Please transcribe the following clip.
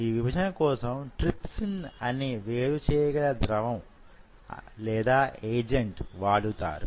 ఈ విభజన కోసం ట్రిప్సిన్ అనే వెరుచేయగల ద్రవం ఏజెంట్ వాడుతారు